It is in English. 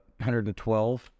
112